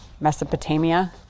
Mesopotamia